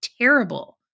terrible